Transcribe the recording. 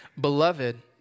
Beloved